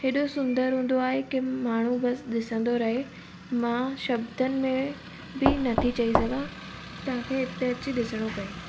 एॾो सुंदर हूंदो आहे के माण्हू बि बसि ॾिसंदो रहे मां शब्दनि में बि नथी चई सघां तव्हांखे हिते अची ॾिसणो पए